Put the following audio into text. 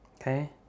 Okay